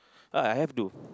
uh I have do